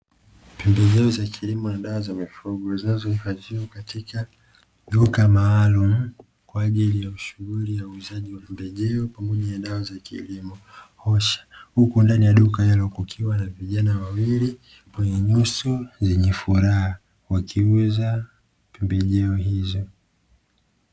Pembejeo za kilimo na dawa za mifugo zinazo hifadhiwa katika duka maalumu kwa ajili ya shughuli ya uuzaji wa pembejeo pamoja na dawa za kilimo, huku ndani ya duka hilo kukiwa na vijana wawili wenye nyuso yenye furaha wakiuza pembejeo hizo.